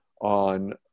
on